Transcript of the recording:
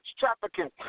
trafficking